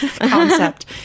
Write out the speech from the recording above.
concept